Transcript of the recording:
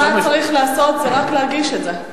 כל מה שהתמ"ת צריך לעשות זה רק להגיש את זה?